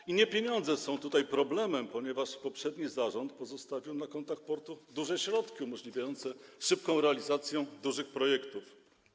I nie pieniądze są tutaj problemem, ponieważ poprzedni zarząd pozostawił na kontach portu duże środki umożliwiające szybką realizację dużych projektów.